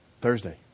Thursday